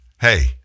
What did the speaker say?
hey